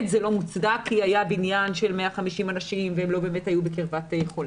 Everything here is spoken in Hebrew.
זה לא מוצדק כי היה בניין של 150 אנשים והם לא באמת היו בקרבת חולה.